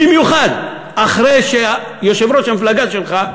במיוחד אחרי שיושב-ראש המפלגה שלך,